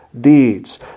deeds